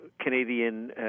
Canadian